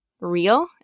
real